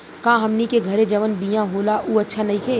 का हमनी के घरे जवन बिया होला उ अच्छा नईखे?